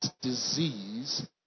disease